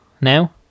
now